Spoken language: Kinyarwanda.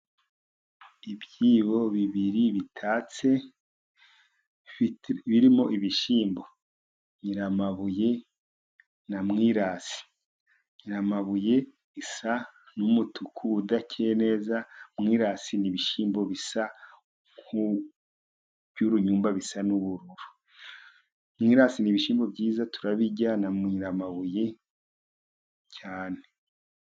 Ibyibo bibiri bitatse, birimo ibishyimbo, nyiramabuye na mwirasi. nyiramabuye isa n'umutuku udakeye neza, mwirasi ni ibishyimbo bisa by'uruyumba bisa n'uburo. Mwirasi ni ibishimbo byiza turabirya na nyiramabuye cyane.